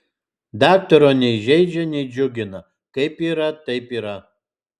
daktaro nei žeidžia nei džiugina kaip yra taip yra